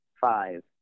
five